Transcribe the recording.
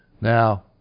Now